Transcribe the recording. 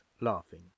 laughing